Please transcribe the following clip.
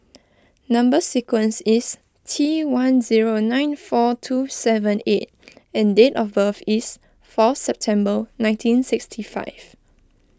Number Sequence is T one zero nine four two seven eight D and date of birth is four September nineteen sixty five